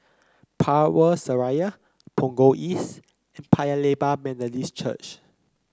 Power Seraya Punggol East and Paya Lebar Methodist Church